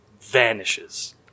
vanishes